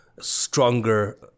stronger